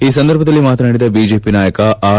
ಈ ಸಂದರ್ಭದಲ್ಲಿ ಮಾತನಾಡಿದ ಬಿಜೆಪಿ ನಾಯಕ ಆರ್